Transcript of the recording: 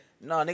No